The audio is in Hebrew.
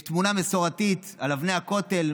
יש תמונה מסורתית ליד אבני הכותל,